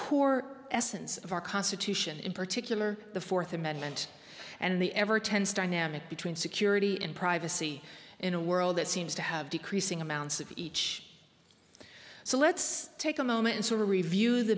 core essence of our constitution in particular the fourth amendment and the ever tense dynamic between security and privacy in a world that seems to have decreasing amounts of each so let's take a moment and so review the